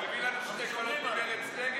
אתה מביא לנו שני קולות נגד ממרצ?